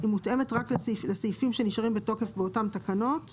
שהיא מותאמת רק לסעיפים שנשארים בתוקף באותן תקנות,